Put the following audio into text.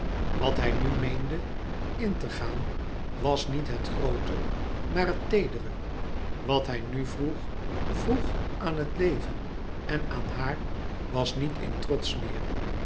wat hij nu meende in te gaan was niet het groote maar het teedere wat hij nu vroeg vroeg aan het leven en aan haar was niet in trots meer